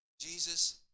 Jesus